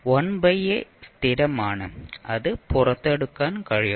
1 by a സ്ഥിരമാണ് അത് പുറത്തെടുക്കാൻ കഴിയും